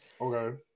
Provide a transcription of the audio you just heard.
Okay